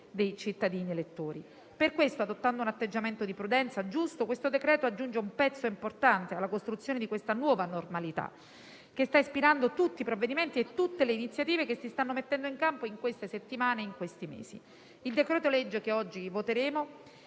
dei cittadini elettori. Per questo, adottando un atteggiamento di prudenza giusto, questo decreto-legge aggiunge un pezzo importante alla costruzione di una nuova normalità che sta ispirando tutti i provvedimenti e tutte le iniziative che si stanno mettendo in campo nelle ultime settimane e nei mesi passati. Il decreto-legge che oggi convertiamo